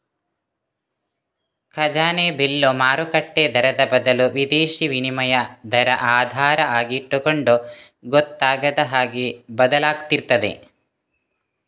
ಖಜಾನೆ ಬಿಲ್ಲು ಮಾರುಕಟ್ಟೆ ದರದ ಬದಲು ವಿದೇಶೀ ವಿನಿಮಯ ದರ ಆಧಾರ ಆಗಿಟ್ಟುಕೊಂಡು ಗೊತ್ತಾಗದ ಹಾಗೆ ಬದಲಾಗ್ತಿರ್ತದೆ